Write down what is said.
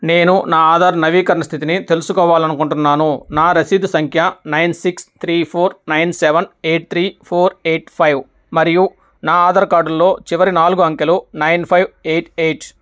నేను నా ఆధార్ నవీకరణ స్థితిని తెలుసుకోవాలనుకుంటున్నాను నా రసీదు సంఖ్య nine six three four nine seven eight three four eight five మరియు నా ఆధార్ కార్డులో చివరి నాలుగు అంకెలు నైన్ ఫైవ్ ఎయిట్ ఎయిట్